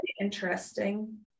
interesting